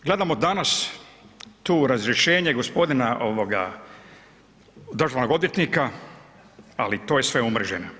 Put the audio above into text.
Gledamo danas tu razrješenje gospodina ovoga državnog odvjetnika, ali to je sve umreženo.